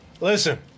Listen